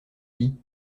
lit